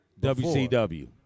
WCW